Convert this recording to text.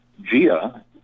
Gia